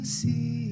see